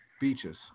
beaches